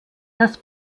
das